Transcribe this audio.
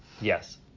Yes